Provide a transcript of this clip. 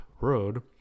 Road